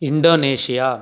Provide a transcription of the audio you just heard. Indonesia